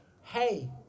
hey